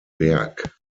berg